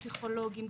פסיכולוגיים,